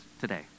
today